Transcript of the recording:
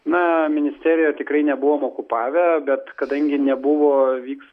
na ministeriją tikrai nebuvom okupavę bet kadangi nebuvo vyks